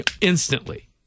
Instantly